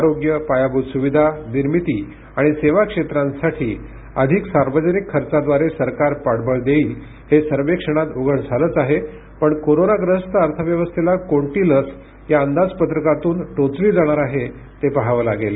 आरोग्य पायाभूत सुविधा निर्मिती आणि सेवा क्षेत्रांसाठी अधिक सार्वजनिक खर्चाद्वारे सरकार पाठबळ देईल हे सर्वेक्षणात उघड झालंच आहे पण कोरोनाग्रस्त अर्थव्यवस्थेला कोणती लस या अंदाजपत्रकातून टोचली जाणार आहे ते पाहावं लागेल